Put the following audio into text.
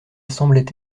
semblait